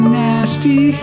nasty